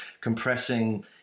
compressing